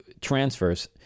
transfers